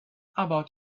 about